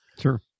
Sure